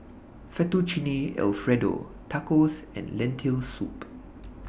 Fettuccine Alfredo Tacos and Lentil Soup